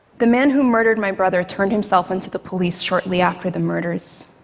the man who murdered my brother turned himself in to the police shortly after the murders,